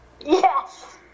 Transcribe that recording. yes